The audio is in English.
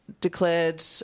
declared